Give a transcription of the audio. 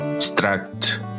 extract